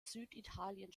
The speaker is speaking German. süditalien